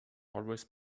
always